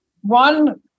one